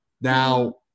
Now